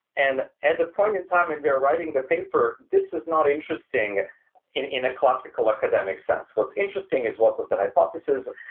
and and the point in time when and we're writing the paper, this is not interesting in in a classical academic sense. what's interesting is what was the hypothesis?